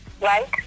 right